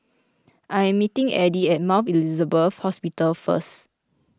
I am meeting Addie at Mount Elizabeth Hospital first